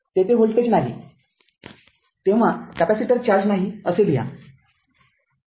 तेथे व्होल्टेज नाही तेव्हा कॅपेसिटर चार्ज नाही असे लिहा